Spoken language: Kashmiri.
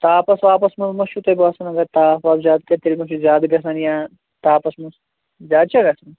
تاپَس واپَس منٛز ما چھُو تۄہہِ باسَان اگر تاپھ واپ زیادٕ کَرِ تیٚلہِ ما چھُ زیادٕ گژھان یا تاپَس منٛز زیادٕ چھا گژھان